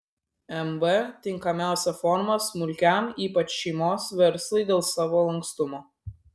mb tinkamiausia forma smulkiam ypač šeimos verslui dėl savo lankstumo